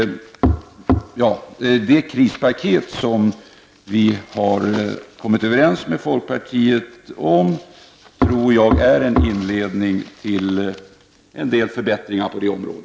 Det krispaket som vi socialdemokrater har kommit överens med folkpartiet om utgör en inledning till en del förbättringar på det här området.